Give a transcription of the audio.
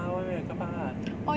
park where car park lah